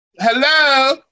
hello